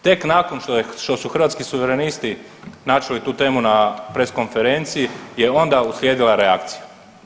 Tek nakon što su Hrvatski suverenisti načeli tu temu na Press konferenciji je onda uslijedila reakcija.